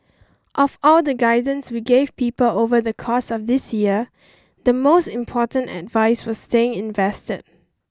of all the guidance we gave people over the course of this year the most important advice was staying invested